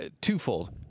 twofold